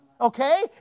okay